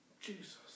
Jesus